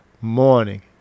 morning